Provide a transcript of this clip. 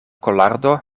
kolardo